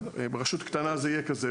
ברשות קטנה זה יהיה כזה,